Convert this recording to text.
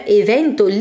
evento